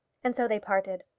and so they parted.